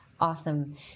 Awesome